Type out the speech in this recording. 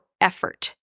effort